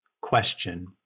question